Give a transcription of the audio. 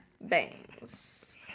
Bangs